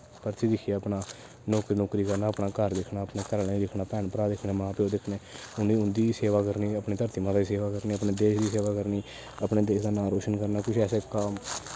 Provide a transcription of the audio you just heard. भर्ती दिक्खियै अपना नौकरी नीकरी करना अपना घर दिक्खना अपने घर आह्लें गी दिक्खना भैन भ्राऽ दिक्खने मां प्यो दिक्खने उं'दी बी सेवा करनी अपनी धरती मां दी सेवा करनी अपने देश दी सेवा करनी अपने देश दा नांऽ रोशन करना किश ऐसे काम